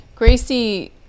Gracie